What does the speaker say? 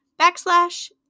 backslash